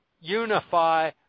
unify